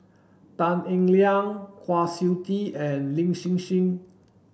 Tan Eng Liang Kwa Siew Tee and Lin Hsin Hsin